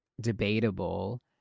debatable